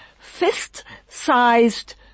fist-sized